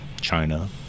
china